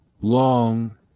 long